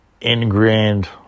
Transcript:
ingrained